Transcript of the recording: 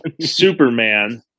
Superman